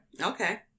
Okay